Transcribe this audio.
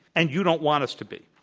and you don't want us to be.